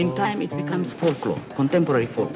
in time it becomes political contemporary for